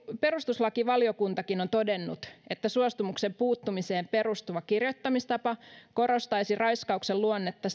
perustuslakivaliokuntakin on todennut että suostumuksen puuttumiseen perustuva kirjoittamistapa korostaisi raiskauksen luonnetta